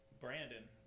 Brandon